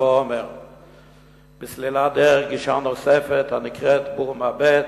בעומר בסלילת דרך גישה נוספת הנקראת בורמה-ב'